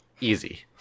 Easy